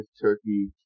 turkey